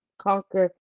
conquer